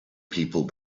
people